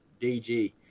DG